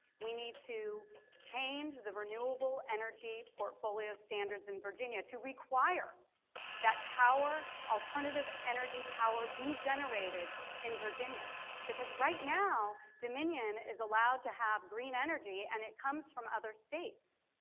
we need to change the renewable energy portfolio portfolio standards in virginia to require that power alternative energy power be generated in virginia because right now dominion is allowed to have green energy and it comes from other states.